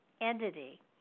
entity